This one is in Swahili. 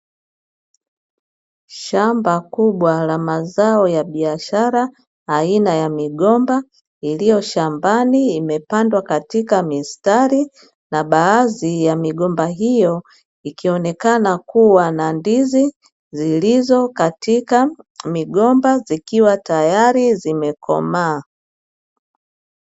Shamba kubwa la mazao ya biashara aina ya migomba, iliyo shambani imepandwa Katika mistari, na baadhi ya migomba hiyo ikionekana kuwa na ndizi zilizo katika migomba zikiwa tayari zimekomaa.